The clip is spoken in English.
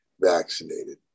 vaccinated